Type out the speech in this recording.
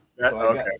Okay